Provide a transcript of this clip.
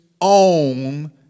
own